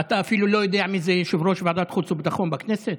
אתה אפילו לא יודע מי זה יושב-ראש ועדת חוץ וביטחון בכנסת,